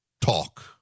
talk